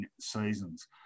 seasons